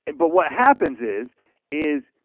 and but what happens is is,